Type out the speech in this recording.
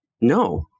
No